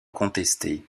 contestée